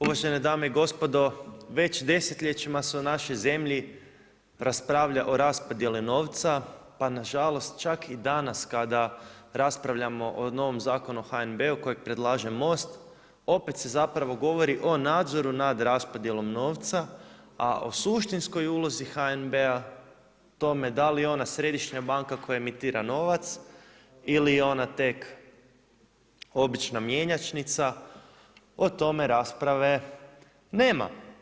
Uvažene dame i gospodo, već desetljećima se u našoj zemlji raspravlja o raspodjeli novca, pa na žalost čak i danas kada raspravljamo o novom Zakonu o HNB-u kojeg predlaže Most opet se zapravo govori o nadzoru nad raspodjelom novca, a o suštinskoj ulozi HNB-a o tome da li je ona središnja banka koja emitira novac ili je ona tek obična mjenjačnica o tome rasprave nema.